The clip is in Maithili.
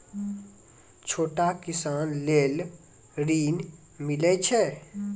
छोटा किसान लेल ॠन मिलय छै?